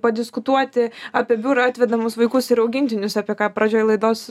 padiskutuoti apie biurą atvedamus vaikus ir augintinius apie ką pradžioj laidos